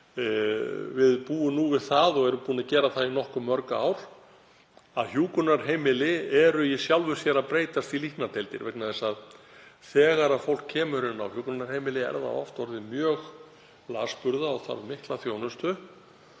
Við búum nú við það og erum búin að gera það í nokkuð mörg ár að hjúkrunarheimili eru í sjálfu sér að breytast í líknardeildir vegna þess að þegar fólk kemur inn á hjúkrunarheimili er það oft orðið mjög lasburða og þarf mikla þjónustu.